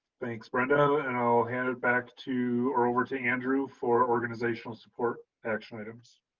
thanks, brenda, and i'll hand it back to, or over to andrew for organizational support action items.